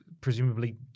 presumably